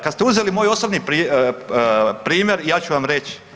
Kada ste uzeli moj osobni primjer, ja ću vam reći.